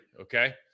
Okay